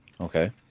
Okay